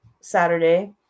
Saturday